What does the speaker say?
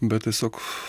bet tiesiog